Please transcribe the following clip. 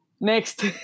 next